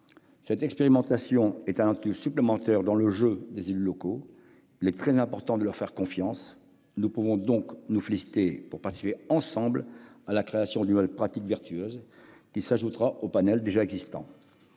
cette expérimentation est un atout supplémentaire dans le jeu des élus locaux. Il est très important de leur faire confiance. Nous pouvons donc nous féliciter de participer ensemble à la création d'une nouvelle pratique vertueuse, qui s'ajoutera au panel des